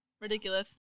Ridiculous